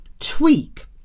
tweak